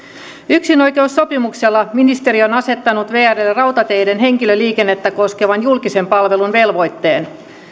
yksinoikeussopimuksella ministeriö on asettanut vrlle rautateiden henkilöliikennettä koskevan julkisen palvelun velvoitteen